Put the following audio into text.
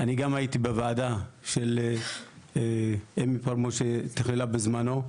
אני גם הייתי בוועדה של אמי פלמור שתכללה בזמנו.